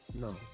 No